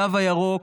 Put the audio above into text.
התו הירוק,